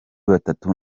batatu